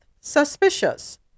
suspicious